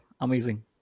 amazing